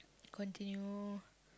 continue